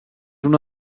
una